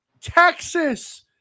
Texas